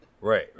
right